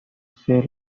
sale